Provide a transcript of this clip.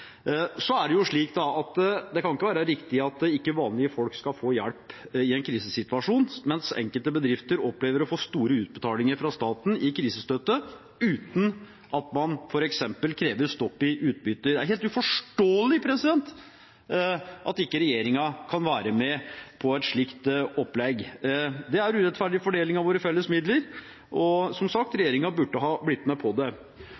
Det kan jo ikke være riktig at vanlige folk ikke skal få hjelp i en krisesituasjon, mens enkelte bedrifter opplever å få store utbetalinger fra staten i krisestøtte, uten at man f.eks. krever stopp i utbytter. Det er helt uforståelig at regjeringen ikke kan være med på et slikt opplegg. Det er en urettferdig fordeling av våre felles midler, og regjeringen burde som sagt blitt med på det.